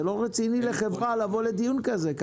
זה לא רציני לחברה לבוא כך לדיון כזה.